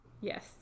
Yes